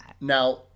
Now